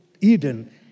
Eden